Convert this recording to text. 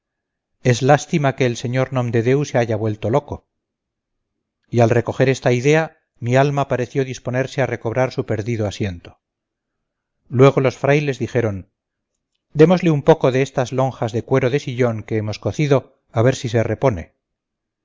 es lástima que el sr nomdedeu se haya vuelto loco y al recoger esta idea mi alma pareció disponerse a recobrar su perdido asiento luego los frailes dijeron démosle un poco de estas lonjas de cuero de sillón que hemos cocido a ver si se repone